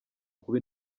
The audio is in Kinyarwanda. kuba